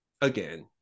again